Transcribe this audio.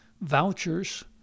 vouchers